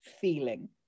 feeling